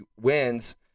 wins